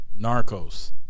Narcos